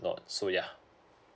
not so yeah